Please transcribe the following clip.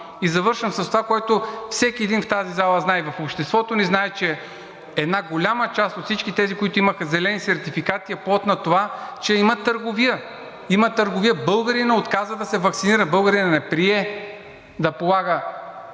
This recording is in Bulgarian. И завършвам с това, което всеки един в тази зала знае, обществото ни знае, че една голяма част от всички тези, които имаха зелен сертификат, е плод на това, че има търговия. Има търговия! Българинът отказа да се ваксинира, българинът не прие да полага